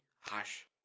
Hush